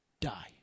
die